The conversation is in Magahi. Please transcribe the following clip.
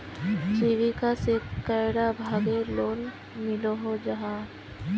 जीविका से कैडा भागेर लोन मिलोहो जाहा?